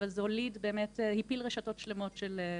אבל זה הפיל רשתות שלמות של סחר,